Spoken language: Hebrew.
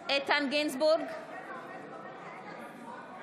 לא, איתן גינזבורג, (קוראת בשם חבר הכנסת)